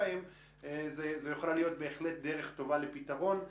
זו יכולה להיות בהחלט דרך טובה לפתרון.